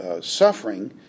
suffering